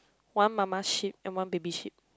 one mama sheep and one baby sheep